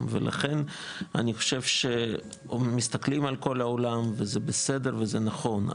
ולכן אני חושב שמסתכלים על כל העולם וזה בסדר וזה נכון,